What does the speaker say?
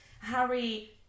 Harry